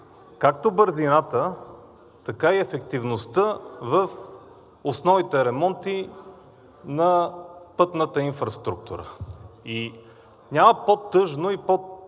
както бързината, така и ефективността в основните ремонти на пътната инфраструктура. Няма по-тъжно и по-трудно